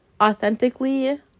authentically